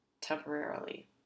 temporarily